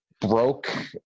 broke